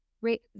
Right